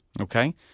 Okay